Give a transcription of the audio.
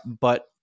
But-